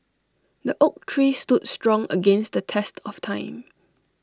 the oak tree stood strong against the test of time